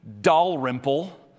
Dalrymple